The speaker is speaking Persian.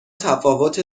تفاوت